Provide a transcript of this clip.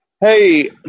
Hey